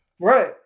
Right